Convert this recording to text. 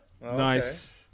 nice